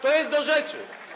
To jest do rzeczy.